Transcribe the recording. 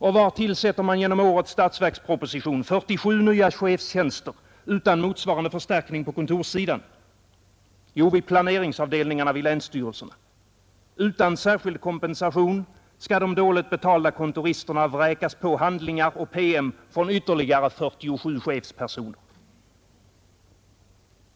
Och var tillsätter man genom årets statsverksproposition 47 nya chefstjänster utan motsvarande förstärkning av kontorssidan? Jo, vid planeringsavdelningarna i länsstyrelserna. Utan särskild kompensation skall de dåligt betalda kontoristerna vräkas på handlingar och PM från ytterligare 47 chefspersoner.